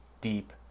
deep